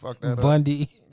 Bundy